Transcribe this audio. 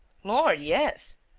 lord, yes!